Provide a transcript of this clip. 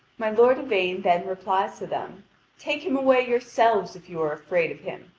my lord yvain then replies to them take him away yourselves if you are afraid of him.